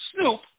Snoop